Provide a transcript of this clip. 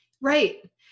Right